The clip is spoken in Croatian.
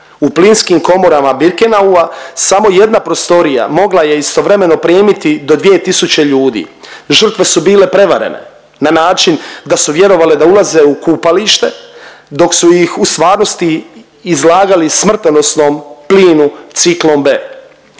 U plinskim komorama Birkenaua samo jedna prostorija mogla je istovremeno primiti do 2 tisuće ljudi. Žrtve su bile prevarene na način da su vjerovale da ulaze u kupalište dok su ih u stvarnosti izlagali smrtonosnom plinu ciklon B.